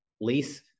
lease